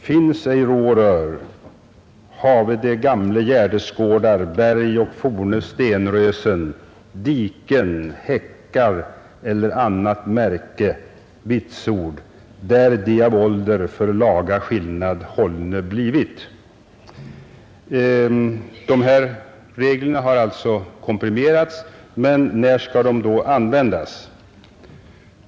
Finnas ej rå och rör; have då gamle gärdesgårdar, berg, och forne stenrösen, diken, häckar, eller annat märke vitsord, där de av ålder för laga skillnad hållne blivit.” Dessa kärnfriska regler har alltså komprimerats, men när skall de då användas?